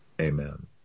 amen